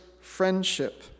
friendship